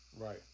Right